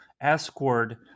escort